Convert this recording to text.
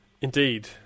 Indeed